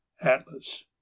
atlas